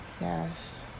Yes